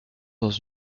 dans